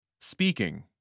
Speaking